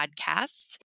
podcast